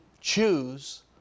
choose